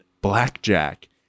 Blackjack